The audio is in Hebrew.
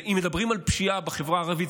ואם מדברים על פשיעה בחברה הערבית,